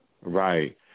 Right